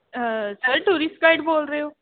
sir tourist guide ਬੋਲ ਰਹੇ ਹੋ